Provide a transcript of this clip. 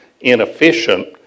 inefficient